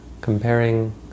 comparing